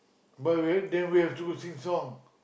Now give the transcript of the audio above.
but we have then we have to sing song